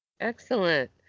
Excellent